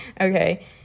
Okay